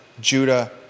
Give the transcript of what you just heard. Judah